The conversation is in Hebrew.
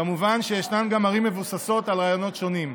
כמובן שיש גם ערים המבוססות על רעיונות שונים,